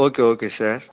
okay okay sir